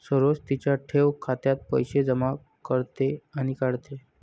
सरोज तिच्या ठेव खात्यात पैसे जमा करते आणि काढते